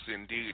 indeed